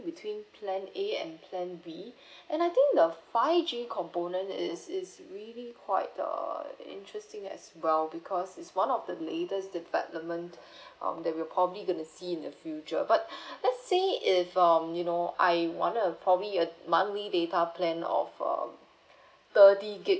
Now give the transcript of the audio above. between plan A and plan B and I think the five G component is is really quite err interesting as well because it's one of the latest development um there will probably gonna see in the future but let's say if um you know I wanna probably a monthly data plan or uh thirty gig